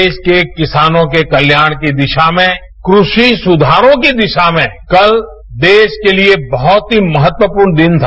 देश के किसानों के कल्याण की दिशा में कृषि सुधारों की दिशा में कल देश के लिए बहुत ही महत्वपूर्ण दिन था